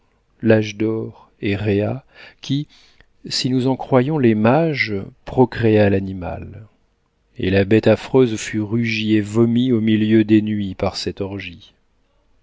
l'âge d'or et rhéa qui si nous en croyons les mages procréa l'animal et la bête affreuse fut rugie et vomie au milieu des nuits par cette orgie